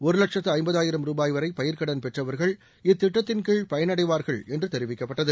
ஒரு லட்சத்து ஐம்பதாயிரம் ரூபாய் வரை பயிர்க்கடன் பெற்றவர்கள் இத்திட்டத்தின்கீழ பயனடைவார்கள் என்று தெரிவிக்கப்பட்டது